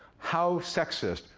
how sexist.